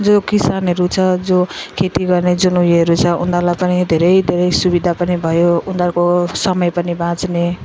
जो किसानहरू छ जो खेती गर्ने जुन उयोहरू छ उनीहरूलाई पनि धेरै धेरै सुविधा पनि भयो उनीहरूको समय पनि बाँच्ने